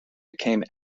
became